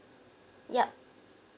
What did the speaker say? yup